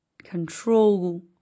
control